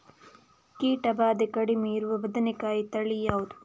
ಕೀಟ ಭಾದೆ ಕಡಿಮೆ ಇರುವ ಬದನೆಕಾಯಿ ತಳಿ ಯಾವುದು?